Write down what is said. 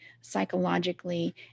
psychologically